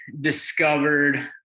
discovered